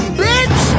bitch